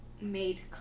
made